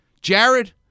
Jared